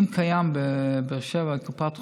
אם קיימת בבאר שבע קופת חולים,